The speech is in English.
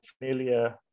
familiar